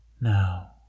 Now